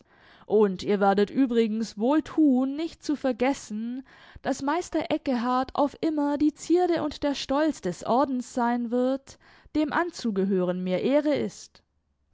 und ihr werdet übrigens wohl tun nicht zu vergessen daß meister eckehart auf immer die zierde und der stolz des ordens sein wird dem anzugehören mir ehre ist